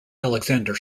alexander